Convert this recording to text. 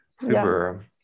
super